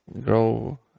grow